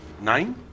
Nine